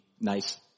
nice